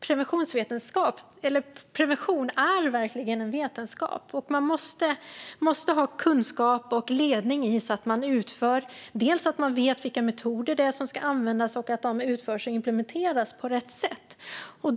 Prevention är verkligen en vetenskap, och man måste ha kunskap och ledning så att man vet vilka metoder som ska användas och så att de implementeras på rätt sätt.